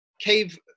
cave